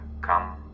come